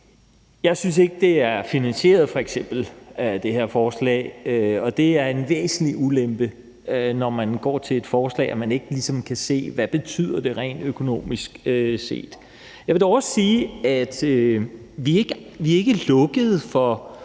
Jeg synes f.eks. ikke, at det her forslag er finansieret, og det er en væsentlig ulempe, når man ser på et forslag, at man ikke kan se, hvad det rent økonomisk set betyder. Jeg vil dog også sige, at vi ikke er lukkede for